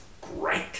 great